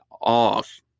off